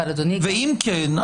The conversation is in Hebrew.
אם כן,